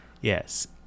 Yes